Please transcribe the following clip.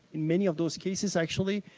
in many of those cases actually,